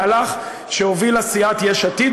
מהלך שהובילה סיעת יש עתיד,